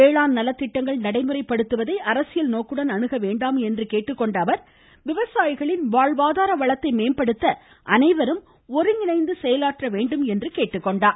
வேளாண் நலத்திட்டங்கள் நடைமுறைப்படுத்துவதை அரசியல் நோக்குடன் அணுகவேண்டாம் என்று அறிவுறுத்திய அவர் விவசாயிகளின் வளத்தை மேம்படுத்த அனைவரும் ஒருங்கிணைந்து செயலாற்ற வேண்டும் என்றார்